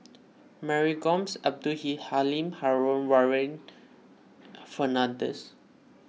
Mary Gomes Abdul Halim Haron and Warren Fernandez